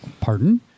Pardon